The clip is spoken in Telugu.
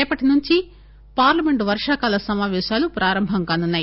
రేపటి నుంచి పార్లమెంట్ వర్షా కాల సమాపేశాలు ప్రారంభం కానున్నాయి